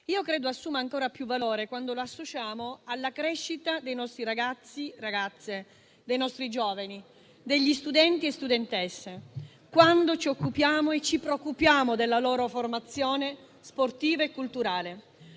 Io credo che assuma ancora più valore quando lo associamo alla crescita dei nostri ragazzi e delle nostre ragazze, dei nostri giovani, degli studenti e delle studentesse, quando ci occupiamo e preoccupiamo della loro formazione sportiva e culturale.